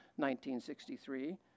1963